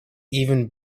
even